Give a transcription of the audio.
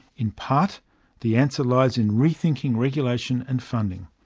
in part the answer lies in rethinking regulation and funding.